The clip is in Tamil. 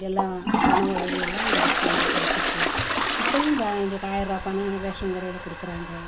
எல்லாம் பணம் உதவி எல்லாம் கிடச்சி எங்களுக்கு கிடச்சிருக்கு இப்போயும் ப எங்களுக்கு ஆயிரவா பணம் ரேஷன் கடையில் கொடுக்குறாங்க